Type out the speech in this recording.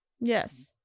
Yes